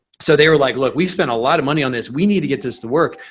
so they were like, look, we spent a lot of money on this. we need to get this to work.